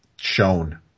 shown